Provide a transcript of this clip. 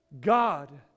God